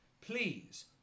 Please